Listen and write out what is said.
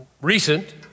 recent